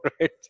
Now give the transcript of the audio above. Right